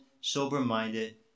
sober-minded